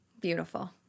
Beautiful